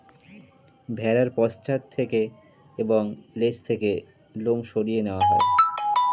ভেড়ার পশ্চাৎ থেকে এবং লেজ থেকে লোম সরিয়ে নেওয়া হয়